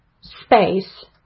space